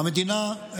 והמדינה,